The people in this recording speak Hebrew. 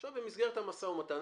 עכשיו במסגרת המשא ומתן,